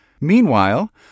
Meanwhile